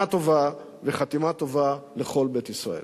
שנה טובה וחתימה טובה לכל בית ישראל.